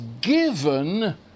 given